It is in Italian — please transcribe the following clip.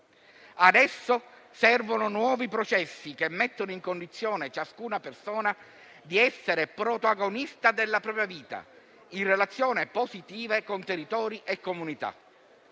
Adesso servono nuovi processi, che mettano in condizione ciascuna persona di essere protagonista della propria vita, in relazione positiva a contenitori e comunità.